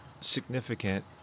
significant